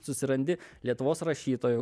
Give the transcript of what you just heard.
susirandi lietuvos rašytojų